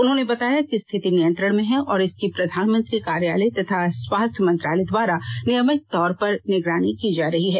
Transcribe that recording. उन्होंने बताया कि स्थिति नियंत्रण में है और इसकी प्रधानमंत्री कार्यालय तथा स्वास्थ्य मंत्रालय द्वारा नियमित तौर पर निगरानी की जा रही है